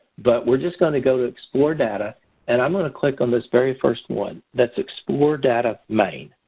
but we're just going to go to explore data. and i'm going to click on this very first one. that's explore data main.